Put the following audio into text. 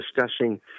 discussing